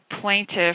plaintiff